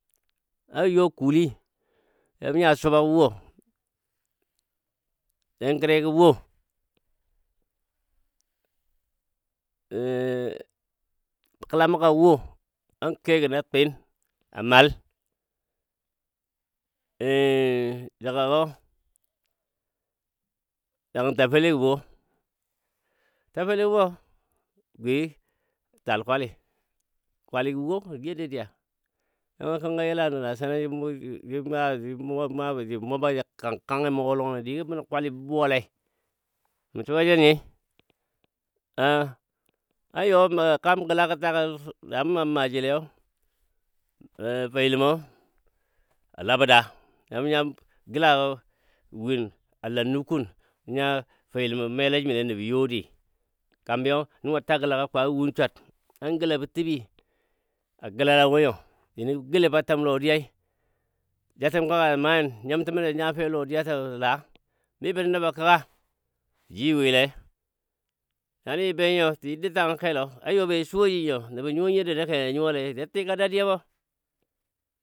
A you kuli you bɔ nya subo gəwo, lengəre gə wo kəla məga gə wo, anke gəni a twin a mal jəga gɔ langən tafele gə wo tafele wo gwi tal kwali, kwali gə wo nən nyio dadiya nəngɔ kənkɔ jə yila nə nasana ja muba ja kang-kanyi mugo longɔ digɔ bənɔ kwali bə buwa lei mə suwa jeni an you a kaam gəlagə tagii da mə maam maaji leyo feyiləm mɔ a labəda youmə nya gəlagɔ win ala nukun mə nya feyiləm melajim lei nəbə yo adi kambiyo nəga taa gəlagɔ kwagɔ win chwar, an gəla bə tibii a gəlala wo nyo juni bə gəle fa təm lodiyai jatəm kəka manyən nyimtəm mo ja nya fe a lodiya ta laa mii bən nə nəb a kəka jiwi lei nani jə be nyiu shi jə dou tangən kelɔ a jə you be jə suwaji nyo nəbɔ nyuwa nyiyo daddiya lei kena jə nyuwa lai ja tika daddiya bɔ.